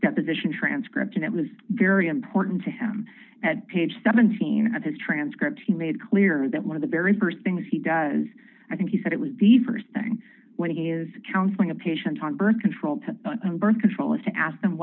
deposition transcript and it was very important to him at page seventeen at his transcript he made clear that one of the very st things he does i think he said it was the st thing when he is counseling a patient on birth control birth control is to ask them